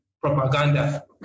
Propaganda